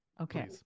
okay